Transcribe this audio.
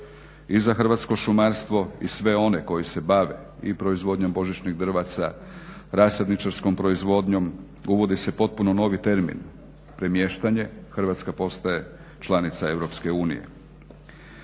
i za hrvatsko šumarstvo i sve one koji se bave i proizvodnjom božićnih drvaca, rasadničarskom proizvodnjom, uvodi se potpuno novi termin premještanje, Hrvatska postaje članica